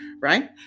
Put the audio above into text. Right